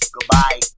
Goodbye